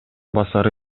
басары